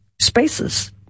spaces